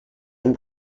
and